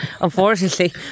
unfortunately